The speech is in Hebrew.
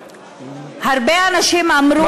הרבה אנשים אמרו,